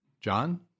John